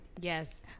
Yes